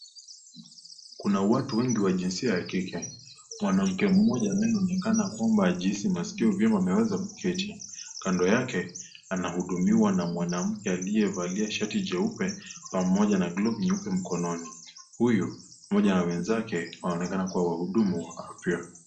Kuna watu wengi wa jinsia ya kike. Mwanamke mmoja anayeonekana kwamba ajihisi masikio vyema ameweza kuketi. Kando yake anahudumiwa na mwanamke aliyevalia shati jeupe pamoja na glove nyeupe mkononi. Huyu pamoja na wenzake, wanaonekana kuwa wahudumu wa afya.